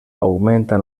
augmenta